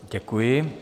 Děkuji.